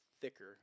thicker